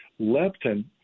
Leptin